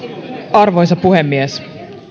arvoisa puhemies